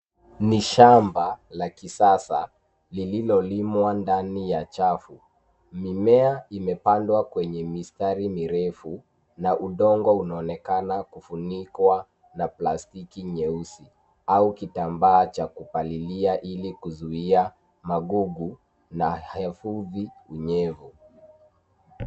Ni shamba la kisasa lilololimwa ndani ya chafu. Mimea imepandwa kwenye mistari mirefu na udongo unaonekana kufunikwa na plastiki nyeusi au kitambaa cha kupalilia ili kuzuuia magugu na hefuvi unyevu.